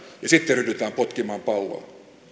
ja sitten ryhdytään potkimaan palloa